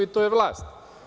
To je vlast.